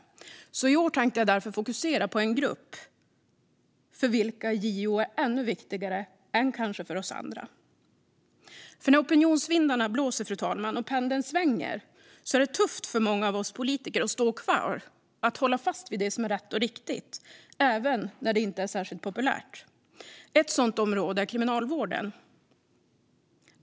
I år tänkte jag därför fokusera på en grupp för vilken JO kanske är ännu viktigare än för oss andra. När opinionsvindarna blåser, fru talman, och pendeln svänger är det tufft för många av oss politiker att stå kvar och hålla fast vid det som är rätt och riktigt även när det inte är särskilt populärt. Ett sådant område är kriminalvården.